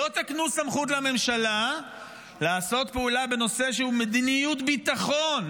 לא תקנו סמכות לממשלה לעשות פעולה בנושא שהוא מדיניות ביטחון,